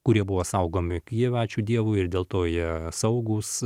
kurie buvo saugomi juk jie ačiū dievui ir dėl to jie saugūs